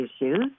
issues